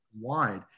wide